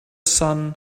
sun